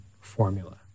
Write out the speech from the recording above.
formula